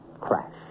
crash